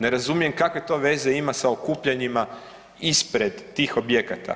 Ne razumijem kakve to veze ima sa okupljanjima ispred tih objekata.